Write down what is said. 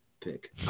pick